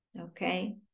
Okay